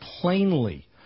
plainly